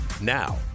Now